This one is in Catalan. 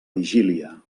vigília